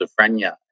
schizophrenia